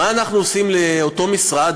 מה אנחנו עושים לאותו משרד,